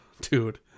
Dude